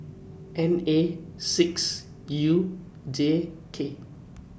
N A six U J K